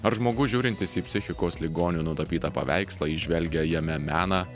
ar žmogus žiūrintis į psichikos ligonių nutapytą paveikslą įžvelgia jame meną